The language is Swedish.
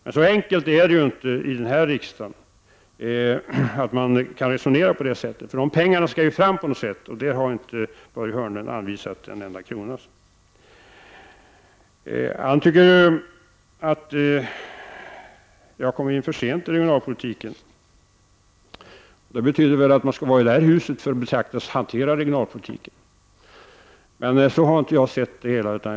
Men så enkelt är det ju inte i den här riksdagen att man kan resonera på det sättet. Dessa pengar skall ju fram på något sätt. Och Börje Hörnlund har ju inte anvisat en enda krona. Han tycker att jag kommer in för sent i regionalpolitiken. Det betyder väl att man måste ha varit i det här huset för att anses kunna hantera regionalpolitiken. Men så har jag inte sett på detta.